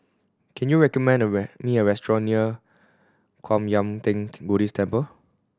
can you recommend me a restaurant near Kwan Yam Theng Buddhist Temple